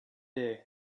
day